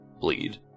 bleed